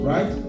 Right